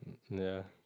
ya